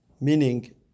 meaning